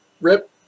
Rip